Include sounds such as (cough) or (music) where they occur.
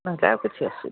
ନହେଲେ ଆଉ କିଛି (unintelligible)